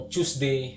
Tuesday